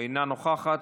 אינה נוכחת.